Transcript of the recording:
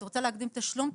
את רוצה להקדים תשלום?